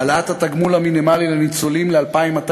העלאת התגמול המינימלי לניצולים ל-2,200